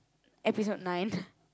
episode nine